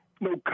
no